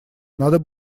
надо